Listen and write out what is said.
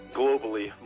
globally